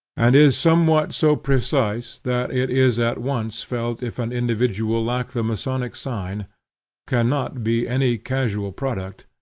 and is somewhat so precise that it is at once felt if an individual lack the masonic sign cannot be any casual product,